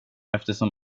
eftersom